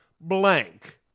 blank